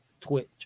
Twitch